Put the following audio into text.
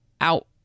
out